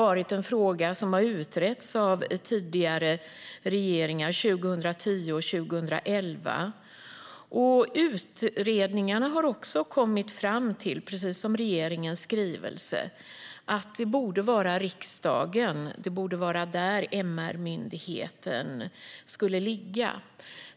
Det är en fråga som har utretts av tidigare regeringar 2010 och 2011. Utredningarna har också, precis som man gör i regeringens skrivelse, kommit fram till att det borde vara under riksdagen MR-myndigheten ska ligga.